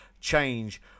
change